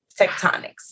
tectonics